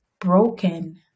broken